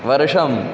वर्षम्